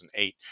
2008